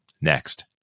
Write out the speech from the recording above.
next